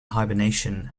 hibernation